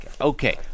Okay